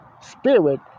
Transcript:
spirit